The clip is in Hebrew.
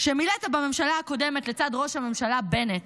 שמילאת בממשלה הקודמת לצד ראש הממשלה בנט,